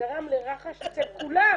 שגרם לרחש אצל כולם.